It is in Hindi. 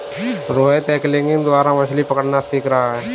रोहित एंगलिंग द्वारा मछ्ली पकड़ना सीख रहा है